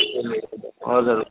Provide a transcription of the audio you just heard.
हजुर